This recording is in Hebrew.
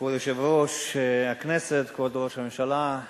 יושב-ראש הכנסת, כבוד ראש הממשלה,